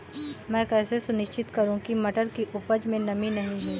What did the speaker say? मैं कैसे सुनिश्चित करूँ की मटर की उपज में नमी नहीं है?